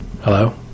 hello